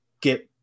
get –